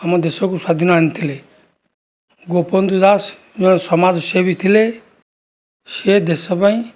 ଆମ ଦେଶକୁ ସ୍ଵାଧୀନ ଆଣିଥିଲେ ଗୋପବନ୍ଧୁ ଦାସ ଜଣେ ସମାଜସେବୀ ଥିଲେ ସିଏ ଦେଶପାଇଁ